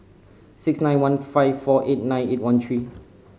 six nine one five four eight nine eight one three